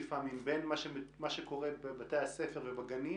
בין מה שקורה בבתי הספר ובגנים